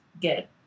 get